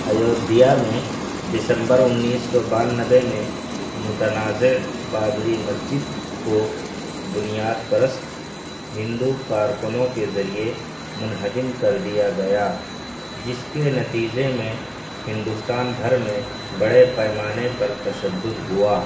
ایودھیا میں دسمبر انیس سو بانوے میں متنازع بابری مسجد کو بنیاد پرست ہندو کارکنوں کے ذریعے منہدم کر دیا گیا جس کے نتیجے میں ہندوستان بھر میں بڑے پیمانے پر تَشَدّد ہوا